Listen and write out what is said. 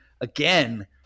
again